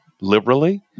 liberally